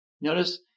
Notice